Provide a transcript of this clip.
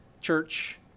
Church